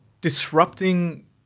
disrupting